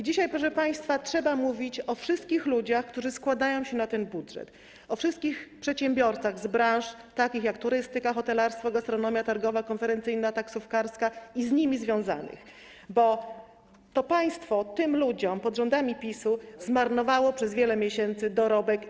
Dzisiaj, proszę państwa, trzeba mówić o wszystkich ludziach, którzy składają się na ten budżet, o wszystkich przedsiębiorcach z takich branż jak turystyka, hotelarstwo, gastronomia, targowa, konferencyjna, taksówkarska i z nimi związanych, bo to państwo wielu tym ludziom pod rządami PiS-u zmarnowało przez wiele miesięcy dorobek.